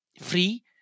free